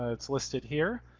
ah it's listed here.